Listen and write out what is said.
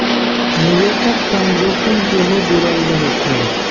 निवेशक संग जोखिम सेहो जुड़ल रहै छै